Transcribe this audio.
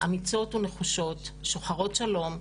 אמיצות ונחושות, שוחרות שלום,